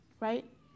right